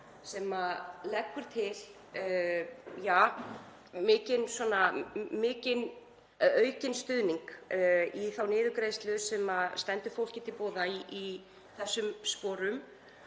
sem leggur til mikinn aukinn stuðning í þá niðurgreiðslu sem stendur fólki til boða í þessum sporum.